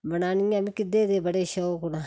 बनानियां मिगी इदे बड़े शौक न